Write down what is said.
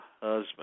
husband